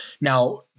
Now